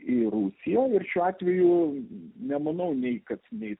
į rusiją ir šiuo atveju nemanau nei kad nei